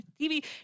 tv